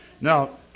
Now